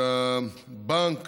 שהבנק